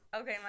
Okay